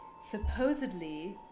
Supposedly